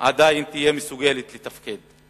עדיין תהיה מסוגלת לתפקד.